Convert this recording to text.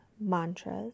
Mantras